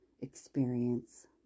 experience